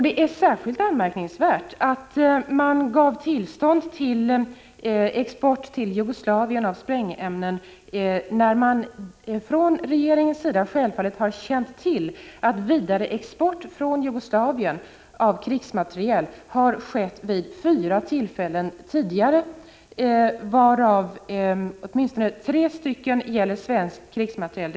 Det är särskilt anmärkningsvärt att man gav tillstånd till export till Jugoslavien av sprängämnen, när regeringen självfallet har känt till att vidareexport från Jugoslavien av krigsmateriel har skett vid fyra tillfällen tidigare, varav åtminstone tre gäller svensk krigsmateriel.